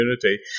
community